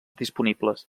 disponibles